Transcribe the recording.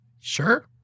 Sure